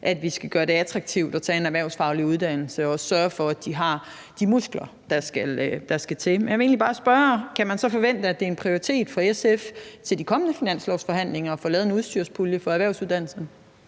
at vi skal gøre det attraktivt at tage en erhvervsfaglig uddannelse og også sørge for, at de har de muskler, der skal til. Men jeg vil egentlig bare spørge: Kan man så forvente, at det er en prioritet for SF til de kommende finanslovsforhandlinger at få lavet en udstyrspulje for erhvervsuddannelserne?